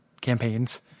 campaigns